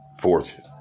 fortune